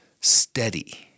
steady